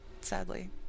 sadly